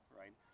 right